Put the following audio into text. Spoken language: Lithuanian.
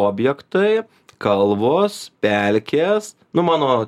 objektai kalvos pelkės nu mano